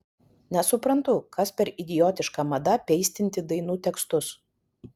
nesuprantu kas per idiotiška mada peistinti dainų tekstus